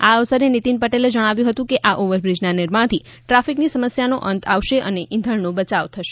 આ પ્રસંગે નીતિન પટેલે જણાવ્યું કે આ ઓવરબ્રિજના નિર્માણથી ટ્રાફિકની સમસ્યાઓનો અંત આવશે અને ઈંધણનો બચાવ થશે